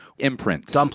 Imprint